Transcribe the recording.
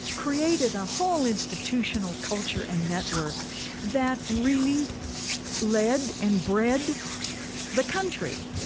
created a whole institutional culture and network that really led and bred the country.